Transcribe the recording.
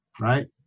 right